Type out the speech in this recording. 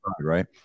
right